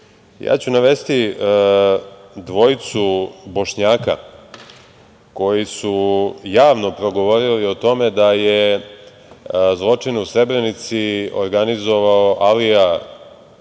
prirode. Navešću dvojicu Bošnjaka koji su javno progovorili o tome da je zločin u Srebrenici organizovao Alija